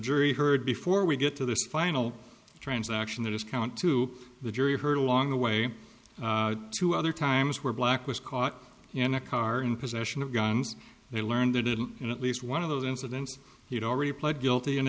jury heard before we get to this final transaction the discount to the jury heard along the way two other times where black was caught in a car in possession of guns they learned they didn't know at least one of those incidents he'd already pled guilty and